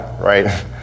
right